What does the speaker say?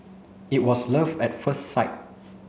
it was love at first sight